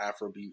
Afrobeat